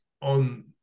on